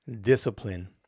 discipline